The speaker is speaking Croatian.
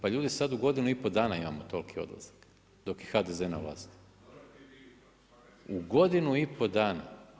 Pa ljudi, sada u godinu i pol dana imamo toliki odlazak dok je HDZ na vlasti u godinu i pol dana.